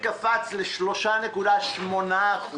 קפץ ל-3.8%.